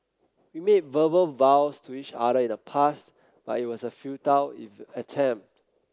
we made verbal vows to each other in the past but it was a futile attempt